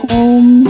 Home